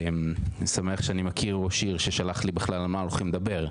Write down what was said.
אני שמח שאני מכיר ראש עיר ששלח לי בכלל על מה הולכים לדבר,